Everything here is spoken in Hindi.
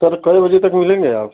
तब कल बजे तक मिलेंगे आप